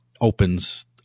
opens